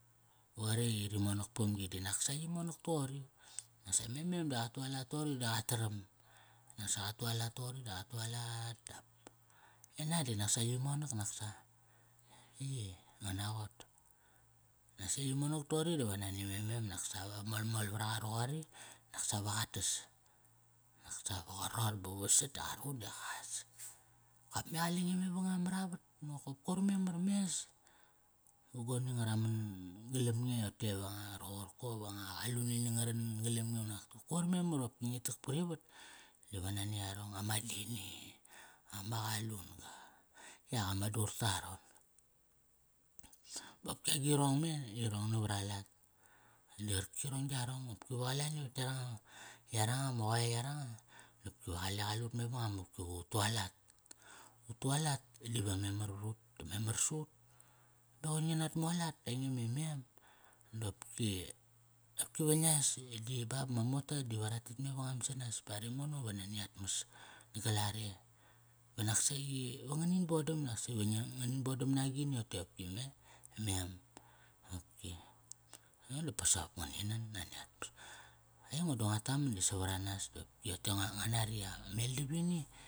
Va qaretk i ri monak pamgi di nak sa yi monak toqori. Nak sa me mem di qa tu alat toqori di qa taram. Nak sa qa tu alat toqori di qa tu alat. dap e nan di yi monak nak sa. I yi, ngan raqot? Nak sa yi monak toqori dive nani me mem nak sa molmol vra qa roqori, naksa va qa tas. Nak sa va qa ror ba vasat da qa ruqun da qas. Kop me qale nge mevangam mare vat nokop. Koir memar mes va goni nga ra man galam nge rote va nga anga roqorko va nga qalun ini nga ran galam nge. Unak koir memar opki ngi tak parivat dive nani yarong. Ama dini, ama qalun-ga, yak ama dur ta aron. Bopki agirong me irong navar alat. Di qarkirong yarong, qopki va qalani, vat yaranga, yaranga ma qoe yaranga dopki ve qale qalut mevangam qopki va u tualat. Ut tu alat, dive memar vrut da memar sa ut. Da qoi ngi nat mualat, ainge me mem dopki, opki ve ngia es di ba ba ma mota dive ra tet mevangam sanas pa are mono va nani at mas. Nagal are. ba nak saqi nganin bodam nak saqi ve ngi, nganin bodam na agini rote qopki me, mem, qopki. Dap pa soqop ngani nan nani at mas. Aingo di nga taman di savaranas te opki ngua nari ameldavini.